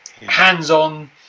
hands-on